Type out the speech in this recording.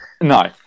no